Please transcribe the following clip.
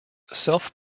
self